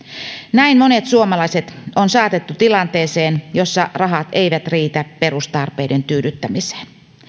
näin monet suomalaiset on saatettu tilanteeseen jossa rahat eivät riitä perustarpeiden tyydyttämiseen